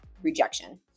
rejection